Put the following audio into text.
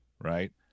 right